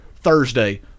Thursday